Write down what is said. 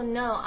no